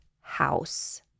house